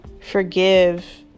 forgive